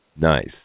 Nice